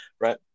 right